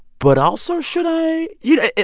but also, should i you know,